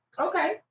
okay